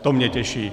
To mě těší.